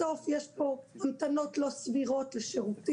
בסוף יש פה המתנות לא סבירות לשירותים,